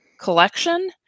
collection